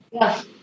Yes